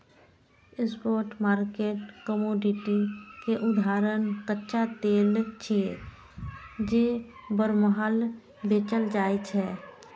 spot market commodity के उदाहरण कच्चा तेल छियै, जे बरमहल बेचल जाइ छै